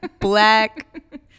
black